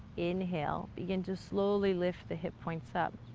inhale, begin to slowly lift the hip points up.